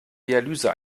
dialyse